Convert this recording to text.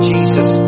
Jesus